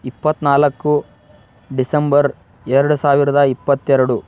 ಇಪ್ಪತ್ತನಾಲ್ಕು ಡಿಸೆಂಬರ್ ಎರಡು ಸಾವಿರದ ಇಪ್ಪತ್ತೆರಡು